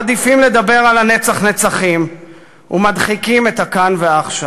מעדיפים לדבר על הנצח-נצחים ומדחיקים את הכאן והעכשיו.